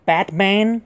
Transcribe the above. Batman